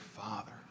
Father